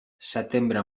setembre